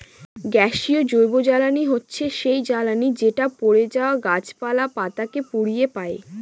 গ্যাসীয় জৈবজ্বালানী হচ্ছে সেই জ্বালানি যেটা পড়ে যাওয়া গাছপালা, পাতা কে পুড়িয়ে পাই